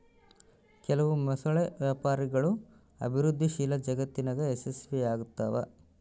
ಕೆಲವು ಮೊಸಳೆ ವ್ಯಾಪಾರಗಳು ಅಭಿವೃದ್ಧಿಶೀಲ ಜಗತ್ತಿನಾಗ ಯಶಸ್ವಿಯಾಗ್ತವ